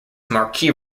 marquee